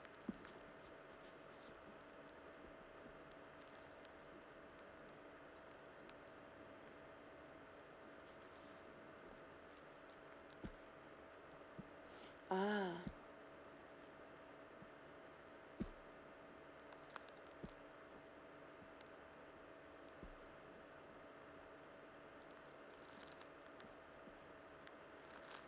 ah